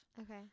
Okay